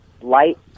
light